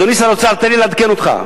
אדוני שר האוצר, תן לי לעדכן אותך.